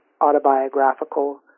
autobiographical